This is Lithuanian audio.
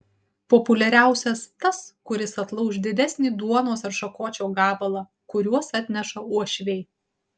populiariausias tas kuris atlauš didesnį duonos ar šakočio gabalą kuriuos atneša uošviai